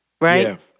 right